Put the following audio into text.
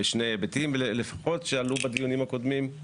בשני היבטים לפחות שעלו בדיונים הקודמים,